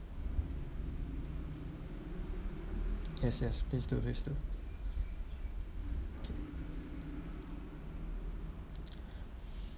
yes yes please do please do okay